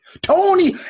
Tony